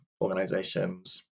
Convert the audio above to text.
organizations